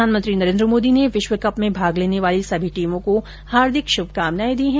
प्रधानमंत्री नरेन्द्र मोदी ने विश्व कप में भाग लेने वाली सभी टीमों को हार्दिक शुभकामनाएं दी हैं